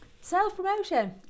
Self-promotion